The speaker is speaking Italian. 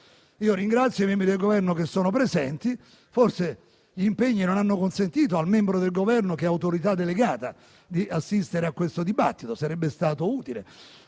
Ringrazio i membri del Governo presenti; forse gli impegni non hanno consentito al membro del Governo che è Autorità delegata di assistere a questo dibattito, ma sarebbe stato utile.